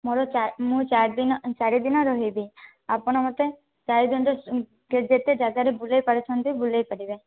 ମୋର ମୋ ଚାରିଦିନ ଚାରିଦିନ ରହିବି ଆପଣ ମୋତେ ଚାରିଦିନର ଯେତେ ଜାଗାରେ ବୁଲାଇ ପାରୁଛନ୍ତି ବୁଲାଇ ପାରିବେ